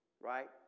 right